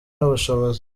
n’ubushobozi